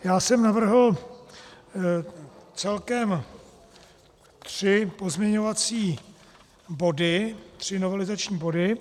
Já jsem navrhl celkem tři pozměňovací body, tři novelizační body.